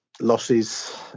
Losses